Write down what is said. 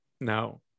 Now